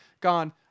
gone